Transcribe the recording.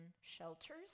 shelters